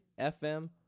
FM